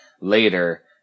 later